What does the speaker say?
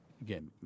Again